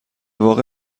واقع